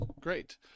great